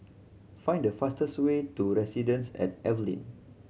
find the fastest way to Residences at Evelyn